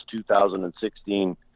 2016